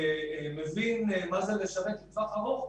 שמבין מה זה לשווק לטווח ארוך,